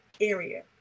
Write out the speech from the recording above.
area